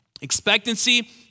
Expectancy